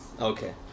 Okay